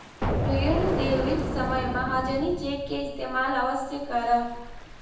ऋण देवित समय महाजनी चेक के इस्तेमाल अवश्य करऽ